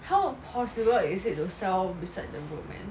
how possible is it to sell beside the road man